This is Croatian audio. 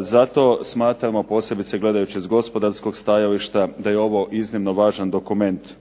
Zato smatramo posebice gledajući s gospodarskog stajališta da je ovo iznimno važan dokument.